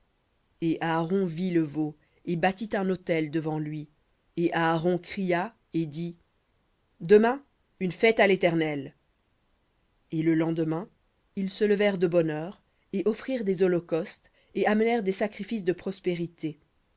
et aaron vit et bâtit un autel devant lui et aaron cria et dit demain une fête à l'éternel et le lendemain ils se levèrent de bonne heure et offrirent des holocaustes et amenèrent des sacrifices de prospérités